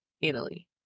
Italy